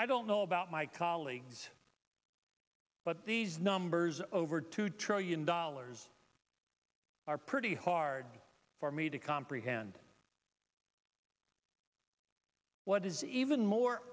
i don't know about my colleagues but these numbers over two trillion dollars are pretty hard for me to comprehend what is even more